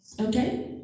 Okay